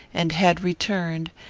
and had returned,